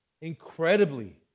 incredibly